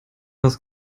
was